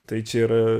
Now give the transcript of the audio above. tai čia yra